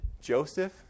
Joseph